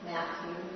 Matthew